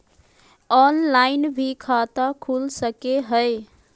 Online भी खाता खूल सके हय?